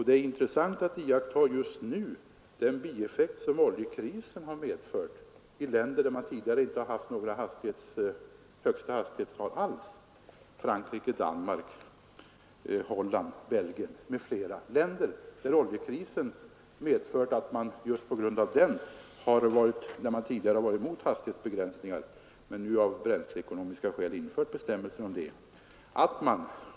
Det är intressant att iaktta den bieffekt som oljekrisen medfört i länder, där man tidigare inte haft någon högsta hastighet alls. Det gäller Frankrike, Danmark, Holland, Belgien med flera länder, där man tidigare varit mot hastighetsbegränsningar men nu av bränsleekonomiska skäl infört bestämda hastigheter.